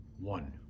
one